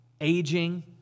aging